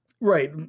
Right